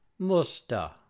Musta